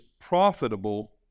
profitable